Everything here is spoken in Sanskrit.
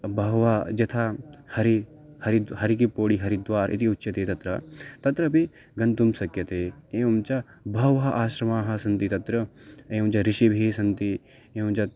बहवः यथा हरिः हरिः हरिकिपोडी हरिद्वारम् इति उच्यते तत्र तत्रपि गन्तुं शक्यते एवं च बहवः आश्रमाः सन्ति तत्र एवं च ऋषिभिः सन्ति एवञ्च